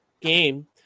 game